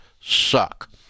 suck